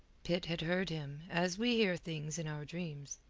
pitt had heard him, as we hear things in our dreams.